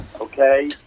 Okay